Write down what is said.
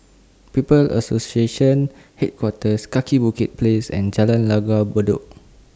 People's Association Headquarters Kaki Bukit Place and Jalan Langgar Bedok